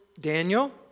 Daniel